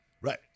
Right